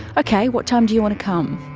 okay what time do you want to come?